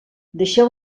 deixeu